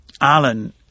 Alan